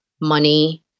money